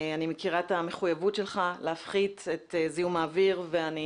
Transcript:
אני מכירה את המחויבות שלך להפחית את זיהום האוויר ואני